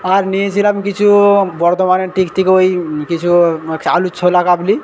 আর নিয়েছিলাম কিছু বর্ধমানের দিক থেকে ওই কিছু আলুর ছোলা কাবলি